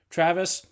Travis